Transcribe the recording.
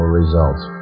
results